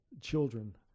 children